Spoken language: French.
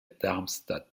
darmstadt